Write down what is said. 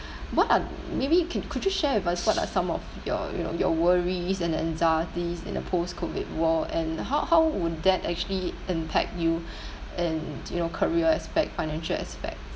what are maybe you can could you share with us what are some of your you know your worries and anxieties in a post COVID world and how how would that actually impact you in you know career aspect financial aspects